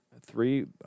three